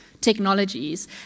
technologies